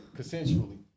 consensually